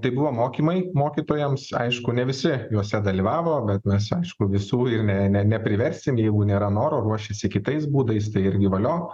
tai buvo mokymai mokytojams aišku ne visi juose dalyvavo bet mes aišku visų ir ne ne nepriversim jeigu nėra noro ruošiasi kitais būdais tai irgi valio